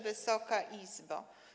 Wysoka Izbo!